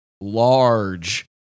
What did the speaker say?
large